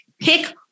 pick